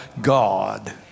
God